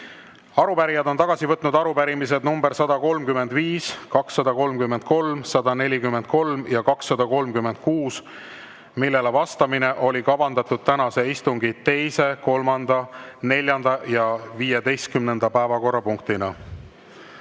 Arupärijad on tagasi võtnud arupärimised nr 135, 233, 143 ja 236, millele vastamine oli kavandatud tänase istungi teise, kolmanda, neljanda ja 15. päevakorrapunktina.